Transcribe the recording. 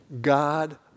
God